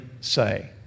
say